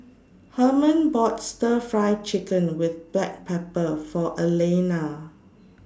Herman bought Stir Fry Chicken with Black Pepper For Alayna